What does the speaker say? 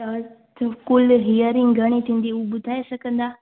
त हल कुल हीयरिंग घणी थींदी उहा ॿुधाए सघंदा